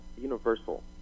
Universal